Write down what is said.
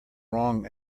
wrong